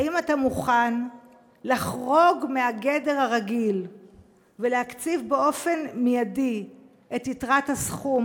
האם אתה מוכן לחרוג מגדר הרגיל ולהקציב באופן מיידי את יתרת הסכום,